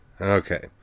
Okay